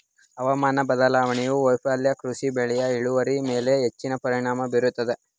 ಹವಾಮಾನ ಬದಲಾವಣೆಯ ವೈಫಲ್ಯಗಳು ಕೃಷಿ ಬೆಳೆಯ ಇಳುವರಿಯ ಮೇಲೆ ಹೆಚ್ಚಿನ ಪರಿಣಾಮ ಬೀರುತ್ತದೆ